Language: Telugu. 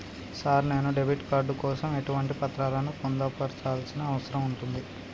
సార్ నేను డెబిట్ కార్డు కోసం ఎటువంటి పత్రాలను పొందుపర్చాల్సి ఉంటది?